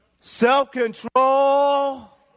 self-control